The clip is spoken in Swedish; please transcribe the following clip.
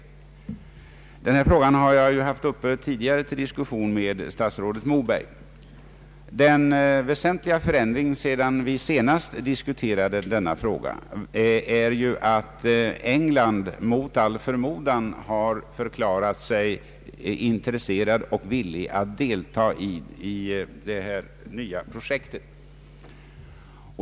Denna fråga har jag tidigare haft uppe till diskussion med statsrådet Moberg. Den väsentligaste förändringen sedan vi sist diskuterade den är att England mot all förmodan har förklarat sig intresserat och villigt att delta i detta nya projekt.